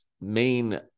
main